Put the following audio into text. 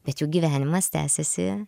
bet jų gyvenimas tęsiasi